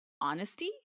honesty